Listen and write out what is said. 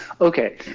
okay